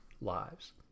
lives